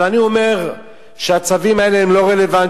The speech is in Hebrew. אבל אני אומר שהצווים האלה לא רלוונטיים,